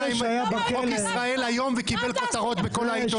עם חוק ישראל היום וקיבל כותרות בכל העיתונים,